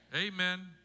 Amen